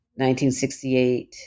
1968